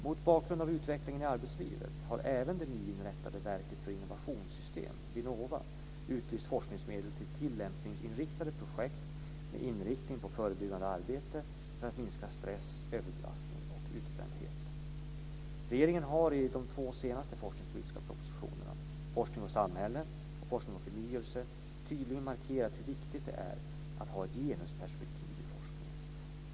Mot bakgrund av utvecklingen i arbetslivet har även det nyinrättade Verket för innovationssystem, Regeringen har i de två senaste forskningspolitiska propositionerna, Forskning och samhälle , tydligt markerat hur viktigt det är att ha ett genusperspektiv i forskningen.